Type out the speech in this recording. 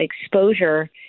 exposure